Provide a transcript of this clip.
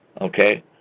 okay